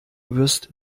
wirst